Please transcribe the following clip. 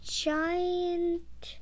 giant